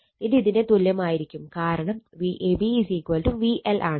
ഇത് ഇതിന് തുല്യമായിരിക്കും കാരണം Vab VL ആണ്